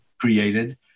created